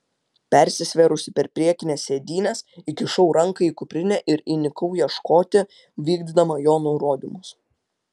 persisvėrusi per priekines sėdynes įkišau ranką į kuprinę ir įnikau ieškoti vykdydama jo nurodymus